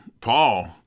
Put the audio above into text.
Paul